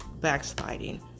backsliding